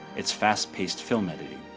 its fast-paced film editing,